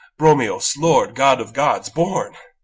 bromios, lord, god of god born!